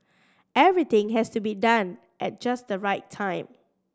everything has to be done at just the right time